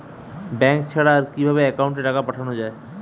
Bank ছাড়া আর কিভাবে একাউন্টে টাকা পাঠানো য়ায়?